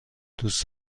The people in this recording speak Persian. دوست